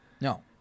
No